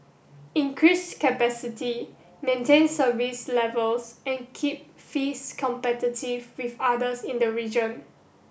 increase capacity maintain service levels and keep fees competitive with others in the region